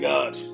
God